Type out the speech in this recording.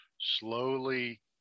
slowly